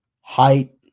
Height